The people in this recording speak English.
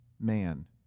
man